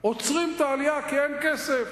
עוצרים את העלייה כי אין כסף.